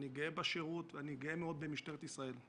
אני גאה בשירות ואני גאה מאוד במשטרת ישראל.